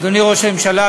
אדוני ראש הממשלה,